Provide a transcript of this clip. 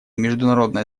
международное